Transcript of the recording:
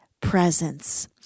presence